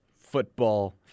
football